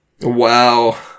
Wow